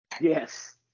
Yes